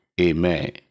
Amen